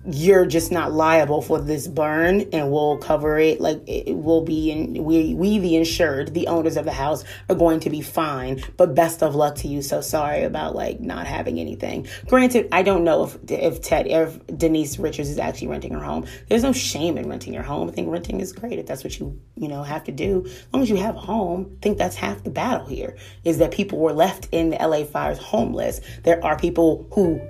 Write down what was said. you're just not liable for this burn and we'll cover it. Like, it- it will be in- we- we the insured, the owners of the house are going to be fine, but best of luck to you. So sorry about, like, not having anything. Granted, I don't know if- if Ted- if Denise Richards is actually renting her home. There's no shame in renting your home. I think renting is great if that's what you, you know, have to do. As long as you have a home, I think that's half the battle here, is that people were left in LA fires homeless. There are people who